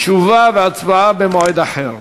תשובה והצבעה במועד אחר.